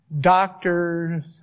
doctors